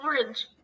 Orange